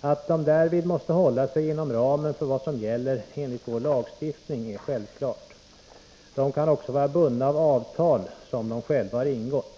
Att de därvid måste hålla sig inom ramen för — 8 november 1983 vad som gäller enligt vår lagstiftning är självklart. De kan också vara bundna av avtal som de själva har ingått.